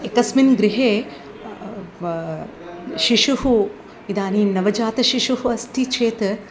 एकस्मिन् गृहे शिशुः इदानीं नवजातशिशुः अस्ति चेत्